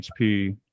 hp